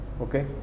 Okay